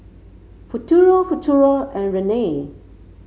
Futuro Futuro and Rene